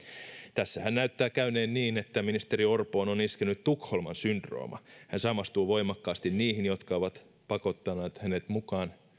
tässähän näyttää käyneen niin että ministeri orpoon on iskenyt tukholman syndrooma hän samastuu voimakkaasti niihin jotka ovat pakottaneet hänet mukaan